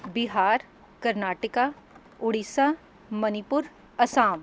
Bihar Karnataka Odisha Manipur Assam